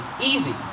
Easy